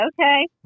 Okay